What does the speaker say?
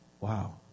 Wow